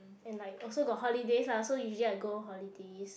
and like also got holiday lah so usually I go holidays